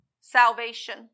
salvation